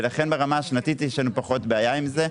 לכן ברמה השנתית יש לנו פחות בעיה עם זה.